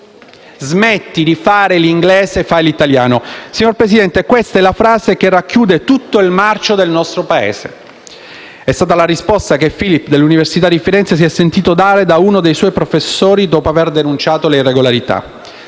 «Smetti di fare l'inglese, fai l'italiano». Signor Presidente, questa è la frase che racchiude tutto il marcio del nostro Paese. È stata la risposta che Philip, dell'Università di Firenze, si è sentito dare da uno dei suoi professori dopo aver denunciato le irregolarità.